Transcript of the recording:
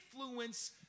influence